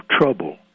trouble